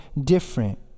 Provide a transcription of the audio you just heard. different